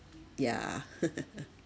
yeah